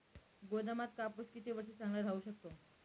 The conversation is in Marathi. गोदामात कापूस किती वर्ष चांगला राहू शकतो?